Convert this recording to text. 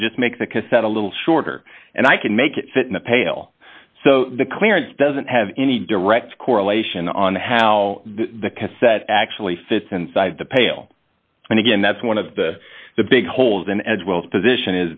i can just make the cassette a little shorter and i can make it fit in the pail so the clearance doesn't have any direct correlation on how the cassette actually fits inside the pail and again that's one of the the big holes in as well as position